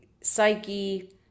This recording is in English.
psyche